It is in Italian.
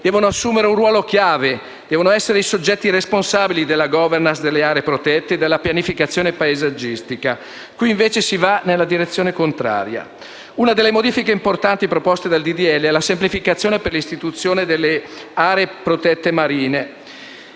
devono assumere un ruolo chiave, devono essere i soggetti responsabili della *governance* delle aree protette e della pianificazione paesaggistica. Qui invece si va nella direzione contraria. Una delle modifiche importanti proposte dal disegno di legge è la semplificazione per l'istituzione delle aree protette marine,